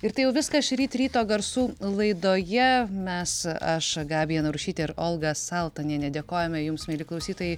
ir tai jau viską šįryt ryto garsų laidoje mes aš gabija narušytė ir olga saltonienė dėkojame jums mieli klausytojai